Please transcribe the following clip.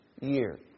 year